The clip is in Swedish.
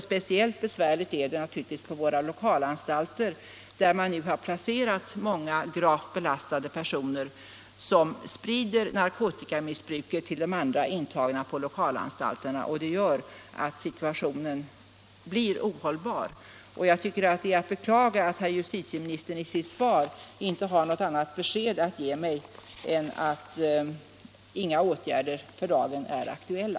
Speciellt besvärligt är det naturligtvis på våra lokalanstalter, där man nu har placerat många grovt belastade personer som sprider narkotikamissbruket till de andra intagna. Detta gör att situationen blir ohållbar, och jag tycker att det är att beklaga att herr justitieministern i sitt svar inte har något annat besked att ge mig än att inga åtgärder för dagen är aktuella.